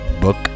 book